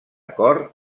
cor